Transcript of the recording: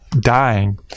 dying